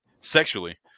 sexually